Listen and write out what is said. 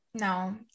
no